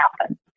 happen